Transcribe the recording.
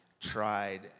tried